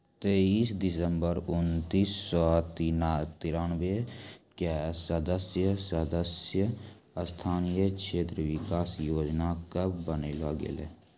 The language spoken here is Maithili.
तेइस दिसम्बर उन्नीस सौ तिरानवे क संसद सदस्य स्थानीय क्षेत्र विकास योजना कअ बनैलो गेलैय